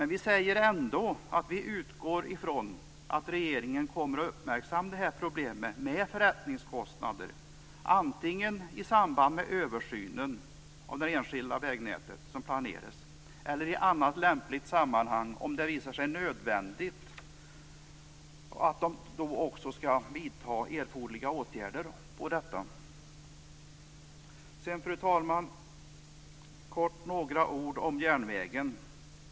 Vi utgår ändå ifrån att regeringen kommer att uppmärksamma problemet med förrättningskostnader, antingen i samband med den planerade översynen av det enskilda vägnätet eller i annat lämpligt sammanhang, och att man, om det visar sig nödvändigt, ämnar vidta erforderliga åtgärder. Fru talman! Några korta ord om järnvägen.